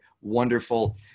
wonderful